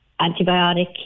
antibiotic